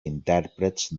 intèrprets